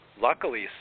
luckily